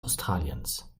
australiens